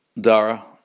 Dara